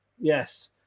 Yes